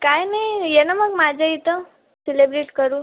काय नाही ये ना मग माझ्या इथं सिलेब्रिट करू